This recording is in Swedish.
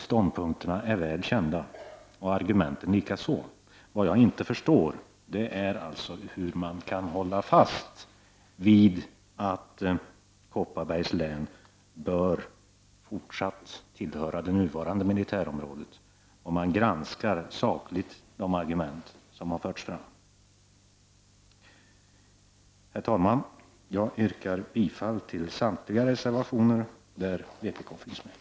Ståndpunkterna är väl kända och argumenten likaså. Vad jag inte förstår är hur man kan hålla fast vid att Kopparbergs län bör fortsatt tillhöra det nuvarande militärområdet om man sakligt granskar de argument som har förts fram. Herr talman! Jag yrkar bifall till samtliga reservationer där vpk finns med.